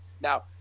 Now